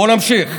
בואו נמשיך: